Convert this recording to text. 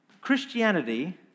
Christianity